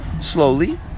slowly